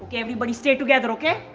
everybody stay together, okay?